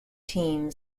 team